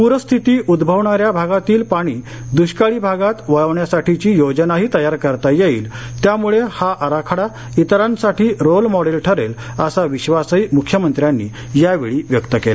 पूरस्थिती उद्गवणाऱ्या भागातील पाणी दुष्काळी भागात वळवण्यासाठीची योजनाही तयार करता येईल त्यामुळं हा आराखडा इतरांसाठी रोल मखिल ठरेल असा विश्वासही मुख्यमंत्र्यांनी यावेळी व्यक्त केला